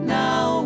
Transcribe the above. now